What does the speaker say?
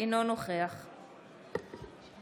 אינו נוכח טוב,